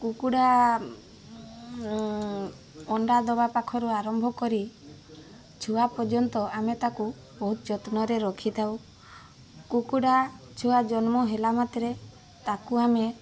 କୁକୁଡ଼ା ଅଣ୍ଡା ଦବା ପାଖୁରୁ ଆରମ୍ଭ କରି ଛୁଆ ପର୍ଯ୍ୟନ୍ତ ଆମେ ତାକୁ ବହୁତ ଯତ୍ନରେ ରଖିଥାଉ କୁକୁଡ଼ା ଛୁଆ ଜନ୍ମ ହେଲା ମାତ୍ରେ ତାକୁ ଆମେ